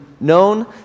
known